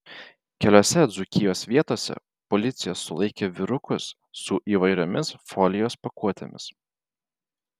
keliose dzūkijos vietose policija sulaikė vyrukus su įvairiomis folijos pakuotėmis